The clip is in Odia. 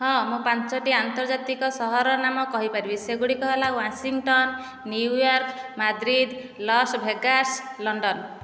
ହଁ ମୁଁ ପାଞ୍ଚୋଟି ଆନ୍ତର୍ଜାତିକ ସହରର ନାମ କହିପାରିବି ସେଗୁଡ଼ିକ ହେଲା Washington New York Madrid Las Vegas London